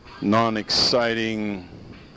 non-exciting